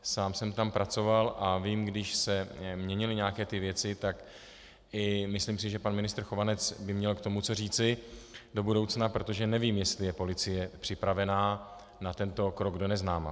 Sám jsem tam pracoval a vím, když se měnily nějaké ty věci, tak myslím si, že i pan ministr Chovanec by měl k tomu co říci do budoucna, protože nevím, jestli je policie připravena na tento krok do neznáma.